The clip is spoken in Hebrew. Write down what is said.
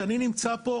שאני נמצא פה,